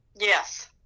Yes